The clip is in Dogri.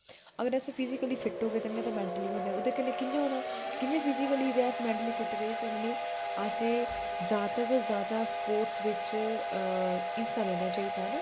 अगर अस फिजीकली फिट होगे तांहिये ते मैन्टली होना ओहदे कन्नै कियां होंना कियां अस फिजीकली ते मैन्टली फिट रेही सकने असें ज्यादा कोला ज्यादा स्पोर्टस बिच हिस्सा लैना चाहिदा ना